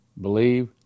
believe